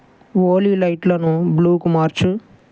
ఓలీ లైట్లను బ్లూ కు మార్చు